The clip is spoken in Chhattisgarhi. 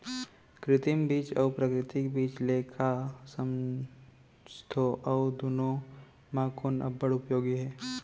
कृत्रिम बीज अऊ प्राकृतिक बीज ले का समझथो अऊ दुनो म कोन अब्बड़ उपयोगी हे?